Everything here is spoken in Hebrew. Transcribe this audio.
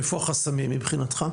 איפה החסמים מבחינתך?